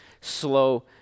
slow